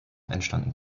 entstanden